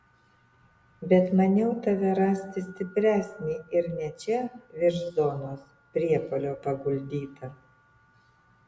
bet maniau tave rasti stipresnį ir ne čia virš zonos priepuolio paguldytą